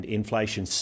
inflation